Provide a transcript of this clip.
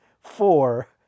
four